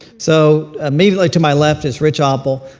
so immediately to my left is rich oppel,